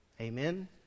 Amen